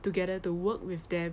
together to work with them